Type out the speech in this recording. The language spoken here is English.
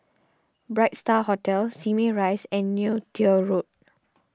Bright Star Hotel Simei Rise and Neo Tiew Road